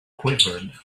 quivered